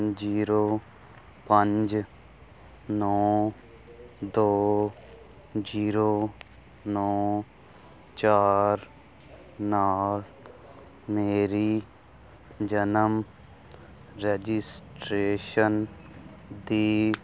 zero ਪੰਜ ਨੌਂ ਦੋ ਜ਼ੀਰੋ ਨੌਂ ਚਾਰ ਨਾਲ ਮੇਰੀ ਜਨਮ ਰਜਿਸਟ੍ਰੇਸ਼ਨ ਦੀ